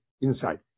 inside